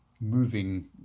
Moving